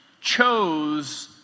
chose